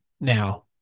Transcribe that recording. now